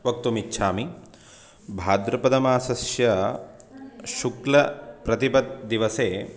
वक्तुमिच्छामि भाद्रपदमासस्य शुक्लप्रतिपत् दिवसे